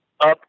up